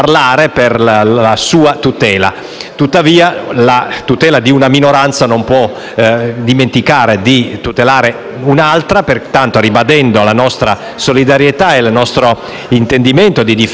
tutela. La tutela di una minoranza non può compromettere la tutela di un'altra. Pertanto, ribadendo la nostra solidarietà e il nostro intendimento di difendere la minoranza italiana che si trova